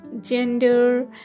gender